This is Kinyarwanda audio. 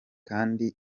kandi